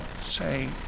say